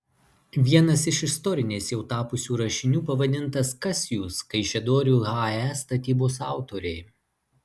vienas iš istoriniais jau tapusių rašinių pavadintas kas jūs kaišiadorių hae statybos autoriai